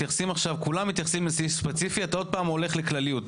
כולם מתייחסים לסעיף ספציפי ואתה עוד פעם הולך לכלליות.